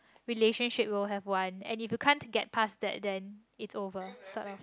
relationship will have one and if you can't that past then is over sort of